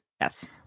Yes